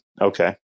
okay